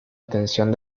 atención